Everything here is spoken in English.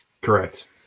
Correct